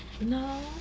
No